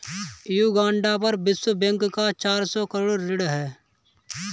Uganda पर विश्व bank का चार सौ करोड़ ऋण है